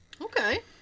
okay